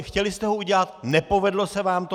Chtěli jste ho udělat, nepovedlo se vám to.